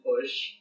push